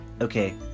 okay